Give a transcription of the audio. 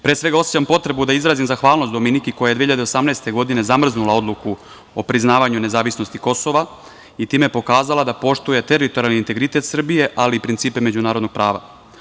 Pre svega osećam potrebu da izrazim zahvalnost Dominiki koja je 2018. godine zamrznula Odluku o priznavanju nezavisnosti Kosova i time pokazala da poštuje teritorijalni integritet Srbije, ali i principe međunarodnog prava.